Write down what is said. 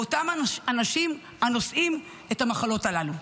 באותם אנשים הנושאים את המחלות הללו.